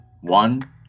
one